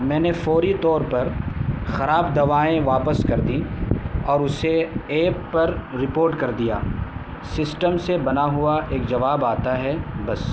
میں نے فوری طور پر خراب دوائیں واپس کر دیں اور اسے ایپ پر رپورٹ کر دیا سسٹم سے بنا ہوا ایک جواب آتا ہے بس